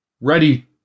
Ready